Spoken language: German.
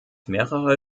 mehrere